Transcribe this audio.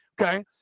okay